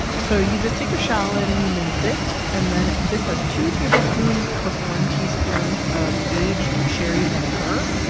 so you just take a shallot and you mince it, and then this has two tablespoons plus one teaspoon of aged sherry vinegar.